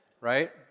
right